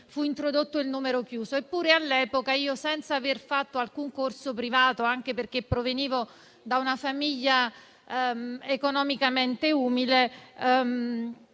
fu introdotto il numero chiuso. Eppure all'epoca, senza aver fatto alcun corso privato, anche perché provenivo da una famiglia economicamente umile,